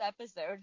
episode